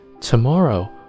Tomorrow